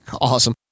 Awesome